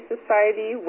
Society